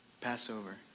Passover